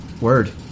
Word